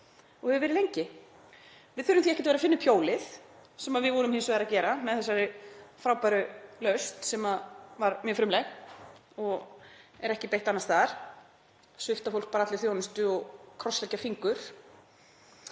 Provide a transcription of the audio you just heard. og hefur verið lengi. Við þurfum því ekkert að finna upp hjólið, sem við vorum hins vegar að gera með þessari frábæru lausn sem var mjög frumleg og er ekki beitt annars staðar; að svipta fólk bara allri þjónustu og krossleggja fingur.